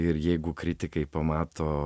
ir jeigu kritikai pamato